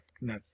No